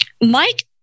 Mike